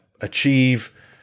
achieve